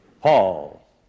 Paul